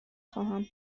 خواهم